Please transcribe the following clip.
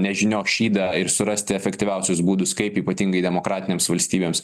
nežinios šydą ir surasti efektyviausius būdus kaip ypatingai demokratinėms valstybėms